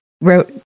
wrote